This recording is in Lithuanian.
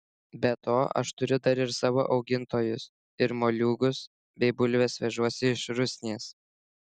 be to aš turiu dar ir savo augintojus ir moliūgus bei bulves vežuosi iš rusnės